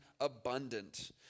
abundant